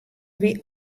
wie